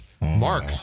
Mark